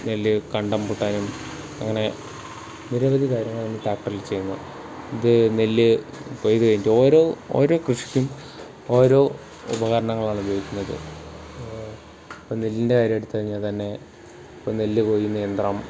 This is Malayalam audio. നെല്ല് കണ്ടംപൂട്ടാനും അങ്ങനെ നിരവധി കാര്യങ്ങൾ നമ്മൾ ട്രാക്ടറിൽ ചെയ്യുന്നു ഇത് നെല്ല് കൊയ്തു കഴിഞ്ഞിട്ട് ഓരോ ഓരോ കൃഷിക്കും ഓരോ ഉപകരണങ്ങളാണ് ഉപയോഗിക്കുന്നത് ഇപ്പോൾ നെല്ലിൻ്റെ കാര്യം എടുത്തുകഴിഞ്ഞാൽത്തന്നെ ഇപ്പോൾ നെല്ല് കൊയ്യുന്ന യന്ത്രം